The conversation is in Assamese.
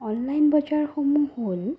অনলাইন বজাৰসমূহ হ'ল